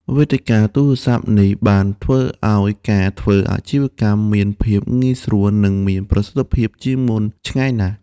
វេទិកាទូរស័ព្ទនេះបានធ្វើឲ្យការធ្វើអាជីវកម្មមានភាពងាយស្រួល និងមានប្រសិទ្ធភាពជាងមុនឆ្ងាយណាស់។